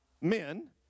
men